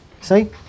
see